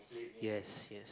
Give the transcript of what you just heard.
yes yes